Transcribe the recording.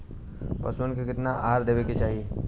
पशुअन के केतना आहार देवे के चाही?